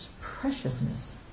preciousness